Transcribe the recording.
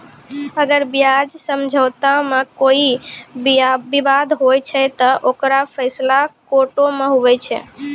अगर ब्याज समझौता मे कोई बिबाद होय छै ते ओकरो फैसला कोटो मे हुवै छै